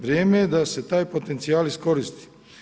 Vrijeme je da se taj potencijal iskoristi.